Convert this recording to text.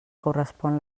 correspon